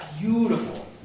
beautiful